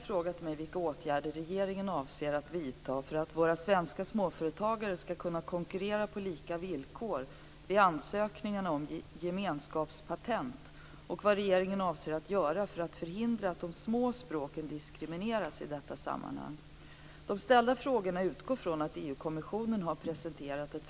Fru talman! Jag har i en interpellation ställt några frågor till statsrådet Mona Sahlin angående gemenskapspatent.